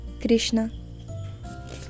Krishna